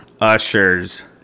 Usher's